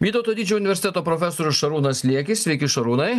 vytauto didžiojo universiteto profesorius šarūnas liekis sveiki šarūnai